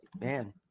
man